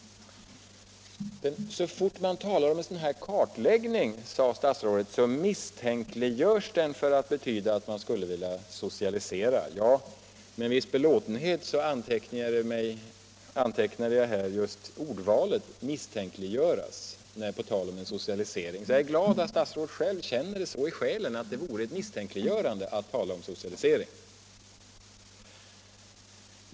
Så fort man talar om en kartläggning, sade statsrådet, misstänkliggörs den för att det skulle betyda att man skulle vilja socialisera. Med en viss belåtenhet antecknade jag just ordvalet ”misstänkliggörs” på tal om en socialisering. Jag är glad över att statsrådet själv känner det så i själen: att det vore ett misstänkliggörande att tala om socialisering.